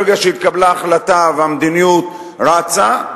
ברגע שהתקבלה החלטה והמדיניות רצה,